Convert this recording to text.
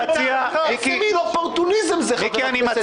איזה אופורטוניזם זה, חבר הכנסת